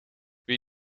wie